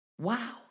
Wow